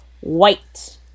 white